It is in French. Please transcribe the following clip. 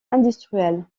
industriel